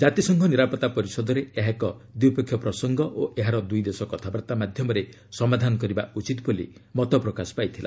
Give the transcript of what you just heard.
ଜାତିସଂଘ ନିରାପତ୍ତା ପରିଷଦରେ ଏହା ଏକ ଦ୍ୱିପକ୍ଷିୟ ପ୍ରସଙ୍ଗ ଓ ଏହାର ଦ୍ରଇଦେଶ କଥାବାର୍ତ୍ତା ମାଧ୍ୟମରେ ସମାଧାନ କରିବା ଉଚିତ୍ ବୋଲି ମତ ପ୍ରକାଶ ପାଇଥିଲା